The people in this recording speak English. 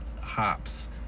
hops